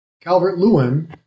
Calvert-Lewin